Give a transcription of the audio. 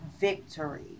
victory